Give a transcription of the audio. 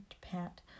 pat